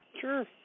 Sure